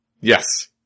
Yes